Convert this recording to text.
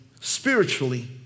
spiritually